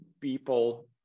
people